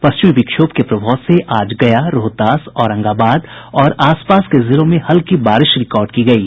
पश्चिमी विक्षोभ के प्रभाव से आज गया रोहतास औरंगाबाद और आसपास के जिलों में हल्की बारिश रिकार्ड की गयी